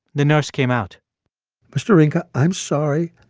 the nurse came out mr. rinka, i'm sorry.